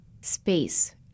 space